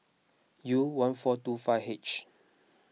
U one four two five H